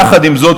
יחד עם זאת,